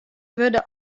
wurde